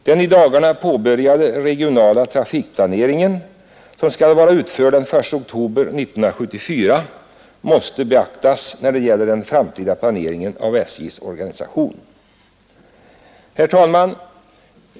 Den i dagarna påbörjade regionala trafikplaneringen som skall vara utförd den 1 oktober 1974 måste beaktas när det gäller den framtida planeringen av SJ:s organisation. Herr talman!